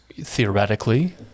theoretically